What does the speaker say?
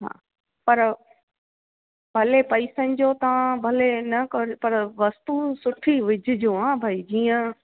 हा पर भले पईसनि जो तव्हां भले न कर पर वस्तू सुठी विझिजो हां भई जीअं